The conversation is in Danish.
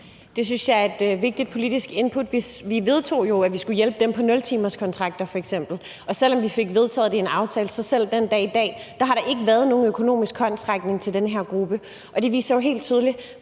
Det synes jeg er et vigtigt politisk input. Vi vedtog jo, at vi skulle hjælpe dem på f.eks. 0-timerskontrakter, og selv om vi fik vedtaget det i en aftale, har der selv den dag i dag ikke været nogen økonomisk håndsrækning til den her gruppe, og det viser jo i hvert